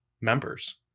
members